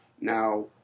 Now